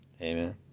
Amen